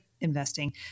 investing